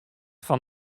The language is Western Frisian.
fan